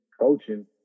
coaching